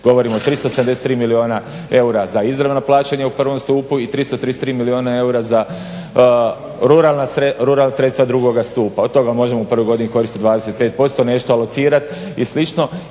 Govorim o 373 milijuna eura za izravna plaćanja u prvom stupu i 333 milijuna eura za ruralna sredstva drugoga stupa. Od toga možemo u prvoj godini koristiti 25%, nešto alocirati i slično